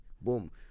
Boom